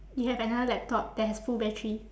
you have another laptop that has full battery